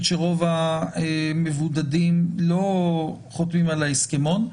שרוב המבודדים לא חותמים על ההסכמון.